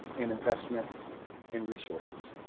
and investment and resources.